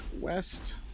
west